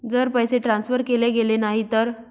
जर पैसे ट्रान्सफर केले गेले नाही तर?